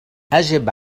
أجب